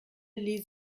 les